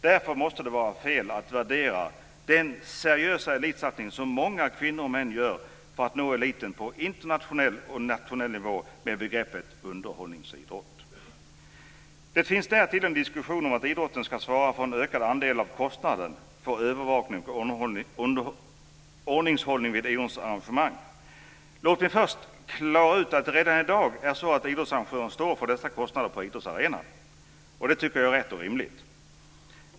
Det måste det vara fel att den seriösa satsning som många kvinnor och män gör för att nå eliten på internationell och nationell nivå ska föras in under begreppet underhållningsidrott. Det finns därtill en diskussion om att idrotten ska svara för en ökad andel av kostnaden för övervakning och ordningshållning vid idrottsarrangemang. Låt mig först klara ut att det redan i dag är så att idrottsarrangören står för dessa kostnader på idrottsarenan. Det tycker jag också är rätt och rimligt.